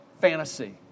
fantasy